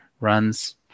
runs